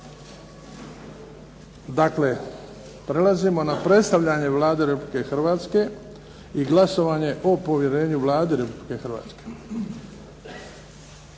Dakle, prelazimo na - Predstavljanje Vlade Republike Hrvatske i glasovanje o povjerenju Vladi Republike Hrvatske